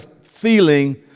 feeling